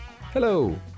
Hello